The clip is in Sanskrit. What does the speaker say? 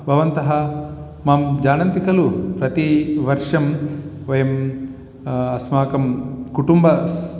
भवन्तः मां जानन्ति खलु प्रतिवर्षं वयं अस्माकं कुटुम्बः सह